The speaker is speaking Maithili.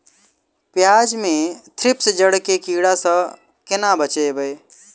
प्याज मे थ्रिप्स जड़ केँ कीड़ा सँ केना बचेबै?